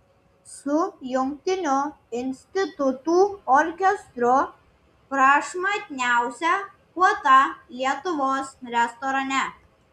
su jungtiniu institutų orkestru prašmatniausia puota lietuvos restorane